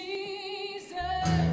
Jesus